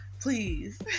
please